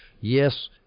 Yes